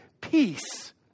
peace